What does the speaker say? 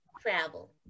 Travel